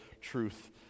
truth